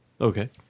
Okay